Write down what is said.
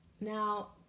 Now